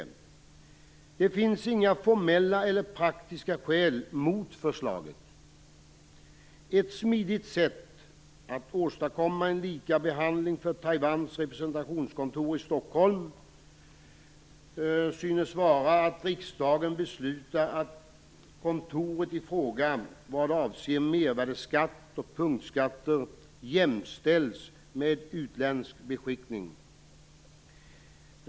Det finns inga formella eller praktiska skäl mot förslaget. Ett smidigt sätt att åstadkomma en likabehandling för Taiwans representationskontor i Stockholm synes vara att riksdagen beslutar att kontoret i fråga vad avser mervärdesskatt och punktskatter jämställs med utländsk beskickning.